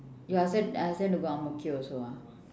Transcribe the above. you ask them ask them to go ang mo kio also ah